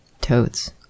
Toads